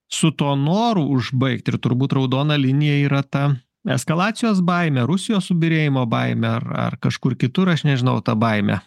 su tuo noru užbaigti ir turbūt raudona linija yra ta eskalacijos baimė rusijos subyrėjimo baimė ar ar kažkur kitur aš nežinau ta baimė